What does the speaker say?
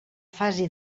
fase